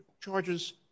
charges